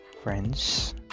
friends